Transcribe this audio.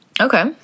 Okay